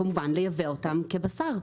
כמובן לייבא אותם כבשר,